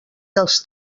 dels